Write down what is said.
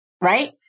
right